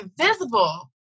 invisible